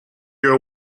your